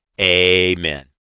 Amen